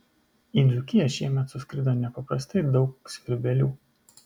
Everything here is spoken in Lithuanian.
į dzūkiją šiemet suskrido nepaprastai daug svirbelių